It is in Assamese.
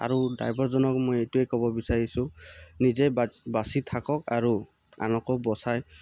আৰু ড্ৰাইভৰজনক মই এইটোৱে ক'ব বিচাৰিছোঁ নিজে বা বাচি থাকক আৰু আনকো বচাই